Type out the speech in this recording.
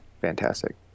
fantastic